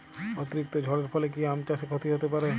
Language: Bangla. অতিরিক্ত ঝড়ের ফলে কি আম চাষে ক্ষতি হতে পারে?